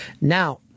Now